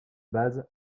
base